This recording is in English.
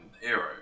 hero